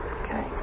Okay